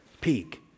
peak